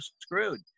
screwed